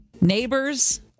Neighbors